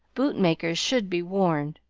boot-makers should be warned.